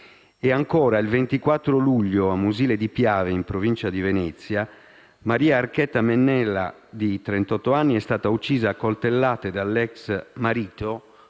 E ancora, il 24 luglio, a Musile di Piave, in provincia di Venezia, Maria Archetta Mennella, di 38 anni, è stata uccisa a coltellate dall'ex marito,